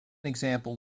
example